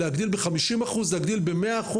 להגדיל ב-50%, להגדיל ב-100%.